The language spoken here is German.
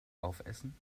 aufessen